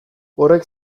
horrek